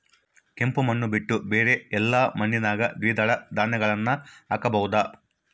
ಕೆಂಪು ಮಣ್ಣು ಬಿಟ್ಟು ಬೇರೆ ಎಲ್ಲಾ ಮಣ್ಣಿನಾಗ ದ್ವಿದಳ ಧಾನ್ಯಗಳನ್ನ ಹಾಕಬಹುದಾ?